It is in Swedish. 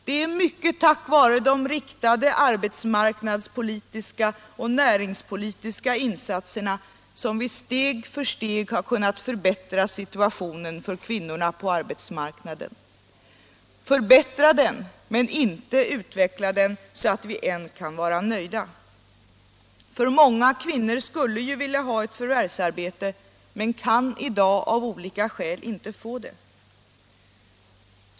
Det är mycket tack vare de riktade arbetsmarknadspolitiska och näringspolitiska insatserna som vi steg för steg har kunnat förbättra kvinnornas situation på arbetsmarknaden — förbättra den men inte utveckla den så att vi än kan vara nöjda: Många kvinnor skulle vilja ha ett förvärvsarbete men kan av olika skäl inte få det.